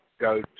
go